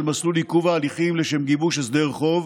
מסלול עיכוב ההליכים לשם גיבוש הסדר חוב